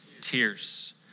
Tears